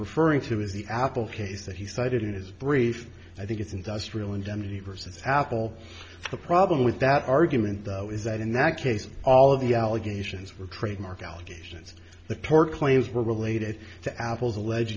referring to is the apple case that he cited in his brief i think it's industrial indemnity versus apple the problem with that argument though is that in that case all of the allegations were trademark allegations the tort claims were related to apple's alleged